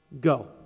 go